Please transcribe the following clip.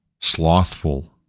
slothful